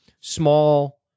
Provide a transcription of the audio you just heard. small